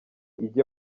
ijye